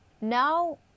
now